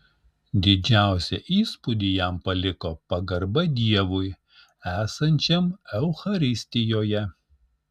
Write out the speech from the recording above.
didžiausią įspūdį jam paliko pagarba dievui esančiam eucharistijoje